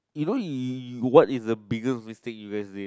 you know you what is the biggest mistake U_S did